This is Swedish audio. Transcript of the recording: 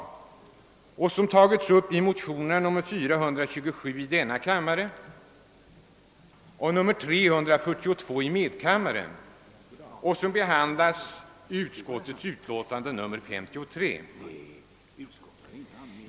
Frågan har tagits upp i de likalydande motionerna TI:342 och II: 427, som behandlas i utlåtande nr 53.